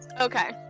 Okay